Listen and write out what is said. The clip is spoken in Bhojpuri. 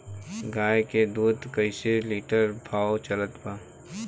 गाय के दूध कइसे लिटर भाव चलत बा?